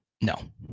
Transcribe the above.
No